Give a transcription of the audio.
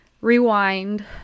Rewind